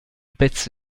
pezzi